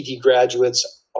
graduates